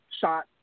shot